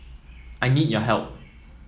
I need your help